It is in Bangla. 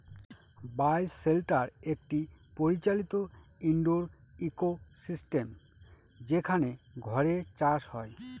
বায় শেল্টার একটি পরিচালিত ইনডোর ইকোসিস্টেম যেখানে ঘরে চাষ হয়